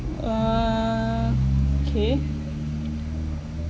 uh kay